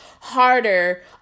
harder